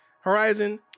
Horizon